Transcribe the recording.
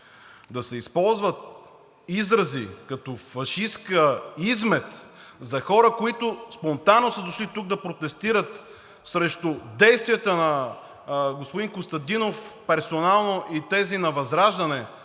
да се използват изрази като „фашистка измет“ за хора, които спонтанно са дошли тук да протестират срещу действията на господин Костадинов персонално, и тези на ВЪЗРАЖДАНЕ,